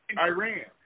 Iran